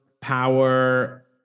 power